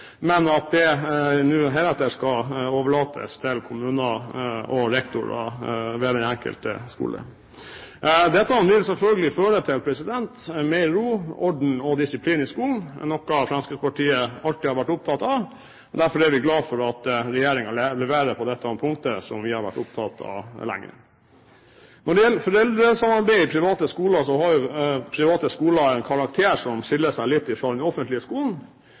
men at det heretter skal overlates til kommunen, og rektorer ved den enkelte skole. Dette vil selvfølgelig føre til mer ro, orden og disiplin i skolen, noe Fremskrittspartiet alltid har vært opptatt av. Derfor er vi glad for at regjeringen leverer på dette punktet, som vi har vært opptatt av lenge. Når det gjelder foreldresamarbeidet i private skoler, er private skoler av en slik karakter at de skiller seg litt fra den offentlige skolen.